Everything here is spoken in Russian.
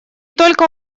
только